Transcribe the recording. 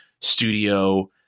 studio